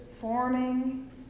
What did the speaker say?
forming